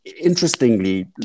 interestingly